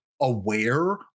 aware